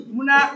Muna